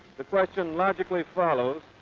the question logically follows,